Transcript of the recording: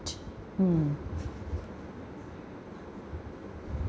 mm